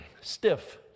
stiff